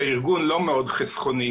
שהארגון לא מאוד חסכוני,